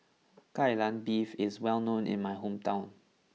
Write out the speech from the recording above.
Kai Lan Beef is well known in my hometown